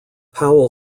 powell